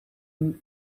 een